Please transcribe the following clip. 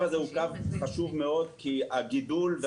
הזה הוא קו חשוב מאוד בגלל הגידול של צריכת החשמל.